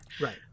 Right